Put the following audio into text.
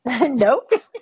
Nope